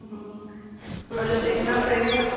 ਹਮ ਥੋੜ੍ਹਾ ਜਿਹਾ ਦੇਖਣਾ ਪਵੇਗਾ